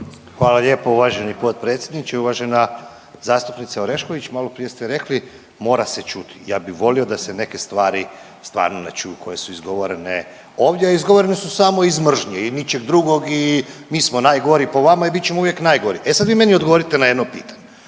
Hvala lijepo uvaženi potpredsjedniče. Uvažena zastupnice Orešković, maloprije ste rekli mora se čuti, ja bi volio da se neke stvari stvarno ne čuju koje su izgovorene ovdje, a izgovorene su samo iz mržnje i ničeg drugog i mi smo najgori po vama i bit ćemo uvijek najgori. E sad vi meni odgovorite na jedno pitanje,